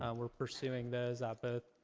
ah we're pursuing those at the